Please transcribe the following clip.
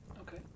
Okay